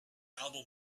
album